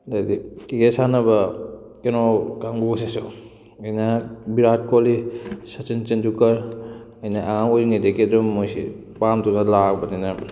ꯑꯗꯨꯗꯩꯗꯤ ꯀ꯭ꯔꯤꯛꯀꯦꯠ ꯁꯥꯟꯅꯕ ꯀꯩꯅꯣ ꯀꯥꯡꯕꯨꯁꯤꯁꯨ ꯑꯩꯅ ꯚꯤꯔꯥꯠ ꯀꯣꯂꯤ ꯁꯆꯤꯟ ꯇꯦꯟꯗꯨꯜꯀꯔ ꯑꯩꯅ ꯑꯉꯥꯡ ꯑꯣꯏꯔꯤꯉꯩꯗꯒꯤ ꯑꯗꯨꯝ ꯃꯣꯏꯁꯤ ꯄꯥꯝꯗꯨꯅ ꯂꯥꯛꯑꯕꯅꯤꯅ